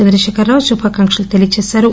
చంద్రశేఖర్ రావు శుభాకాంక్షలు తెలిపారు